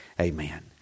amen